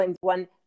one